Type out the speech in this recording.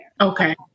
Okay